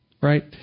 right